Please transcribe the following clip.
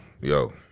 yo